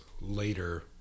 Later